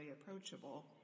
approachable